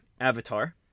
Avatar